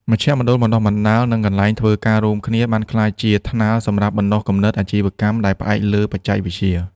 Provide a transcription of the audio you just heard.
មជ្ឈមណ្ឌលបណ្ដុះបណ្ដាល និងកន្លែងធ្វើការរួមគ្នាបានក្លាយជាថ្នាលសម្រាប់បណ្ដុះគំនិតអាជីវកម្មដែលផ្អែកលើបច្ចេកវិទ្យា។